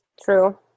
True